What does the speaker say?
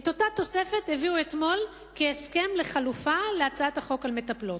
את אותה תוספת הביאו אתמול כהסכם לחלופה להצעת החוק על מטפלות.